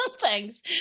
thanks